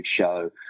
show